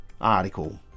article